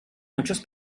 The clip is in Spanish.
muchos